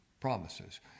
promises